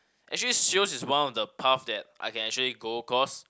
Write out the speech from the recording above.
actually sales is one of the path that I can actually go cause